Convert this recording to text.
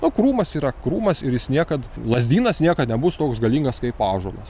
na krūmas yra krūmas ir jis niekad lazdynas niekad nebus toks galingas kaip ąžuolas